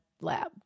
lab